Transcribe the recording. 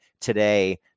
today